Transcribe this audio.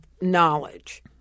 knowledge –